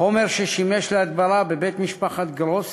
החומר ששימש להדברה בבית משפחת גרוס